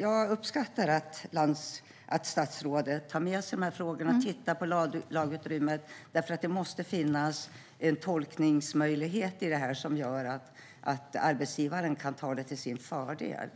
Jag uppskattar att statsrådet tar med sig de här frågorna och tittar på lagutrymmet. Det måste finnas en tolkningsmöjlighet som gör att arbetsgivaren kan ta det till sin fördel